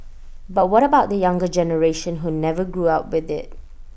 but what about the younger generation who never grew up with IT